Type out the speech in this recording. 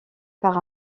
par